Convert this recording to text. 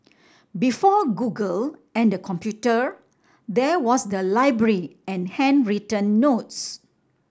before Google and the computer there was the library and handwritten notes